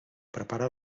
prepara